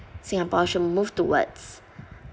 singapore should move towards